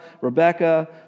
Rebecca